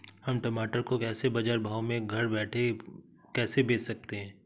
हम टमाटर को बाजार भाव में घर बैठे कैसे बेच सकते हैं?